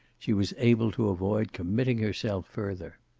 she was able to avoid committing herself further.